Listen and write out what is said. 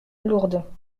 lourdes